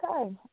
Okay